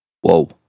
Whoa